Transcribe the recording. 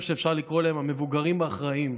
שאפשר לקרוא להם "המבוגרים האחראים",